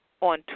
on